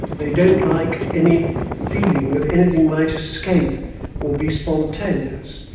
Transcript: they don't like any feeling that anything might escape or be spontaneous.